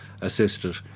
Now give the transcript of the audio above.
assisted